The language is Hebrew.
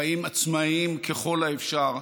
חיים עצמאיים ככל האפשר,